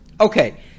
Okay